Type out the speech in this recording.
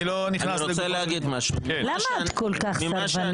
אני לא נכנס ל --- למה את כל כך סרבנית,